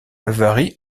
varient